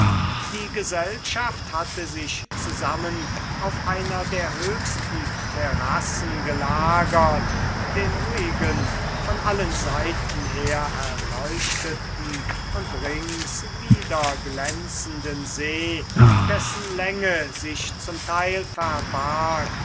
die gesellschaft hatte sich zusammen auf einer der höchsten terrassen gelagert den ruhigen von allen seiten her erleuchteten und rings widerglänzenden see dessen länge sich zum teil verbarg